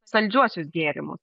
saldžiuosius gėrimus